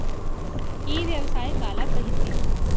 ई व्यवसाय काला कहिथे?